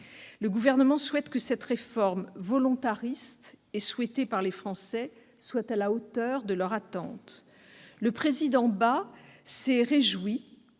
Assemblée. Il souhaite que cette réforme volontariste et souhaitée par les Français soit à la hauteur de leur attente. Le président Bas s'est réjoui